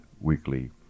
weekly